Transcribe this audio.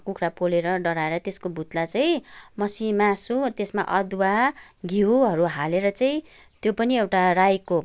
कुखुरा पोलेर डढाएर त्यसको भुत्ला चाहिँ मसि मासु त्यसमा अदुवा घिउहरू हालेर चाहिँ त्यो पनि एउटा राईको